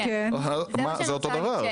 זה אותו דבר.